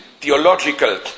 theological